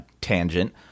tangent